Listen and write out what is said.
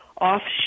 offshore